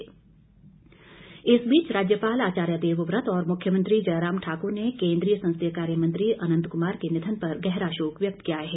शोक इस बीच राज्यपाल आचार्य देवव्रत और मुख्यमंत्री जयराम ठाकुर ने केंद्रीय संसदीय कार्य मंत्री अनंत कुमार के निधन पर गहरा शोक व्यक्त किया है